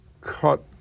cut